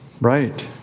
Right